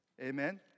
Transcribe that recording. Amen